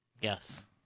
Yes